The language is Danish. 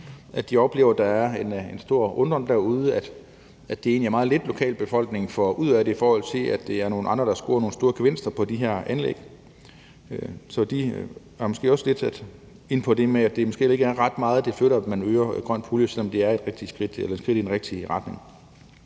De oplever, at der er en stor undren derude over, at det egentlig er meget lidt, lokalbefolkningen får ud af det, i forhold til at det er nogle andre, der scorer nogle store gevinster på de her anlæg. Så de er måske også lidt inde på det med, at det ikke er ret meget, det flytter, at man øger den grønne pulje, selv om det er et skridt i den rigtige retning.